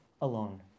alone